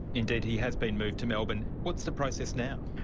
indeed, he has been moved to melbourne what's the process now?